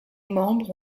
membres